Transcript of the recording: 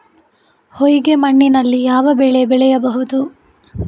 ಹೊಯ್ಗೆ ಮಣ್ಣಿನಲ್ಲಿ ಯಾವ ಬೆಳೆ ಬೆಳೆಯಬಹುದು?